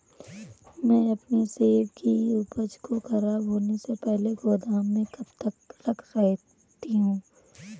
मैं अपनी सेब की उपज को ख़राब होने से पहले गोदाम में कब तक रख सकती हूँ?